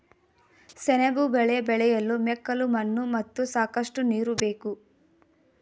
ಸೆಣಬು ಬೆಳೆ ಬೆಳೆಯಲು ಮೆಕ್ಕಲು ಮಣ್ಣು ಮತ್ತು ಸಾಕಷ್ಟು ನೀರು ಬೇಕು